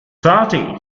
shawty